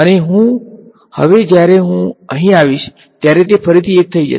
અને હવે જ્યારે હું અહીં આવીશ ત્યારે તે ફરીથી 1 થઈ જશે